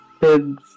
kid's